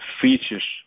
features